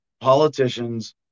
politicians